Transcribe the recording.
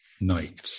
night